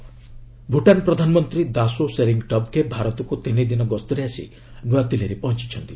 Bhutan PM Bhutan ପ୍ରଧାନମନ୍ତ୍ରୀ ଦାସୋ ସେରିଙ୍ଗ୍ ଟବ୍ଗେ ଭାରତକୁ ତିନି ଦିନ ଗସ୍ତରେ ଆସି ନ୍ତଆଦିଲ୍ଲୀରେ ପହଞ୍ଚୁଛନ୍ତି